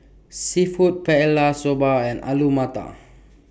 Seafood Paella Soba and Alu Matar